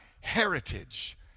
heritage